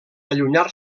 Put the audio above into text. allunyar